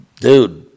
Dude